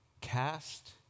Cast